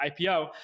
IPO